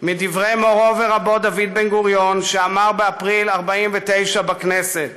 מדברי מורו ורבו בן-גוריון שאמר באפריל 1949 בכנסת,